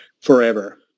forever